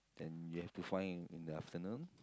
and you have to find in in the afternoon